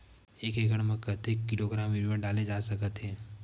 एक एकड़ म कतेक किलोग्राम यूरिया डाले जा सकत हे?